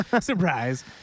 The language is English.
Surprise